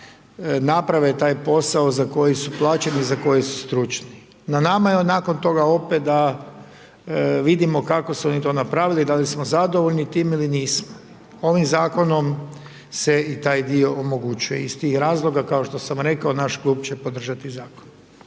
naprave taj posao za koji su plaćeni i za koji su stručni. Na nama je nakon toga opet da vidimo kako su oni to napravili, da li smo zadovoljni time ili nismo. Ovim zakonom se i taj dio omogućuje iz tih razloga, kao što sam rekao, naš klub će podržati zakon.